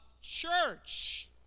church